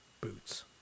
boots